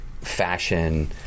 fashion